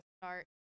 start